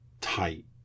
tight